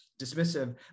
dismissive